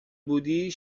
بودی